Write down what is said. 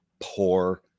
poor